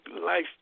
life